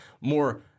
more